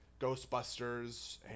Ghostbusters